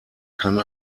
kann